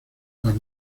las